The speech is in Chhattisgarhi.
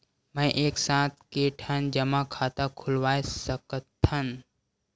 मैं एक साथ के ठन जमा खाता खुलवाय सकथव?